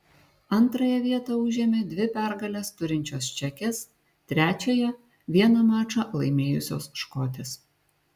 antrąją vietą užėmė dvi pergales turinčios čekės trečiąją vieną mačą laimėjusios škotės